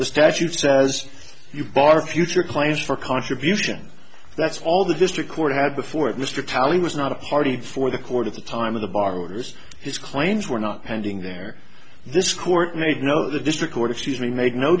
the statute says you bar future claims for contributions that's all the district court had before it mr talley was not a party before the court at the time of the borrower's his claims were not pending there this court made no the district court excuse me made no